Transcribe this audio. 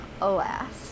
Alas